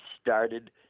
started